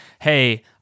hey